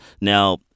Now